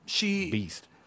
Beast